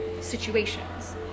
situations